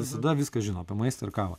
visada viską žino apie maistą ir kavą